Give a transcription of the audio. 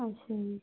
ਅੱਛਾ ਜੀ